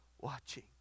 watching